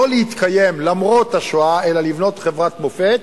לא להתקיים למרות השואה אלא לבנות חברת מופת,